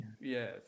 Yes